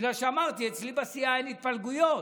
בגלל שאמרתי שאצלי בסיעה אין התפלגויות,